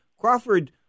Crawford